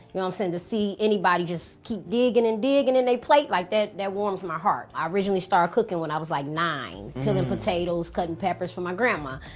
you know what i'm saying, to see anybody just keep digging and digging in they plate like that, that warms my heart. i originally started cooking when i was like nine. peeling potatoes, cutting peppers for my grandma.